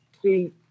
see